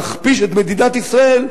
מכפיש את מדינת ישראל,